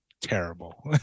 terrible